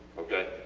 okay.